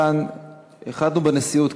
החלטנו בנשיאות,